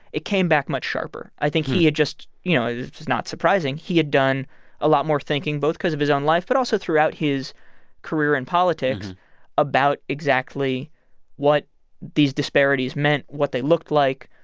it came back much sharper. i think he had just you know, it was not surprising. he had done a lot more thinking both because of his own life but also throughout his career in politics about exactly what these disparities meant, what they looked like,